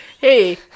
hey